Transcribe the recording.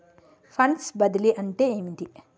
Funds బదిలీ అంటే ఏమిటి?